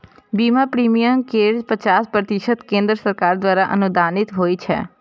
बीमा प्रीमियम केर पचास प्रतिशत केंद्र सरकार द्वारा अनुदानित होइ छै